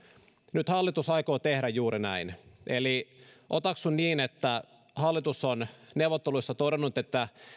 nyt hallitus aikoo tehdä juuri näin eli otaksun että hallitus on neuvotteluissa todennut että